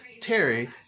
Terry